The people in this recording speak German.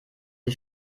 sie